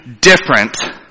different